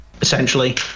essentially